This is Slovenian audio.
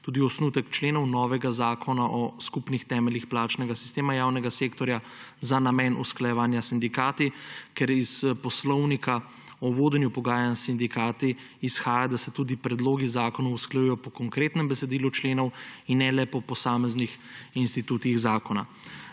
tudi osnutek členov novega zakona o skupnih temeljih plačnega sistema javnega sektorja za namen usklajevanja s sindikati, ker iz poslovnika o vodenju pogajanj s sindikati izhaja, da se tudi predlogi zakonov usklajujejo po konkretnem besedilu členov in ne le po posameznih institutih zakona.